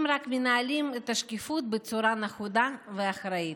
אם רק מנהלים את השקיפות בצורה נכונה ואחראית.